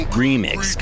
remix